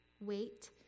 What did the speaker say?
Wait